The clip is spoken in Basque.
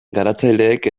garatzaileek